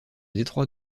détroit